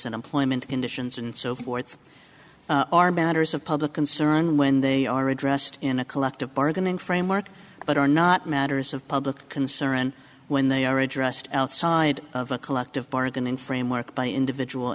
and employment conditions and so forth are matters of public concern when they are addressed in a collective bargaining framework but are not matters of public concern when they are addressed outside of a collective bargain in framework by individual